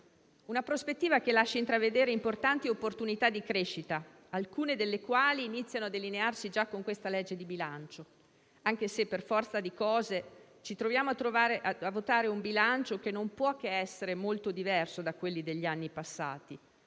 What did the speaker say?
una prospettiva che lascia intravedere importanti opportunità di crescita, alcune delle quali iniziano a delinearsi già con la legge di bilancio al nostro esame, anche se, per forza di cose, ci troviamo a votare un bilancio che non può che essere molto diverso da quelli degli anni passati,